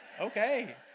okay